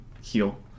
heal